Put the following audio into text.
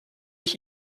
ich